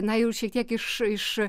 na jau šiek tiek iš iš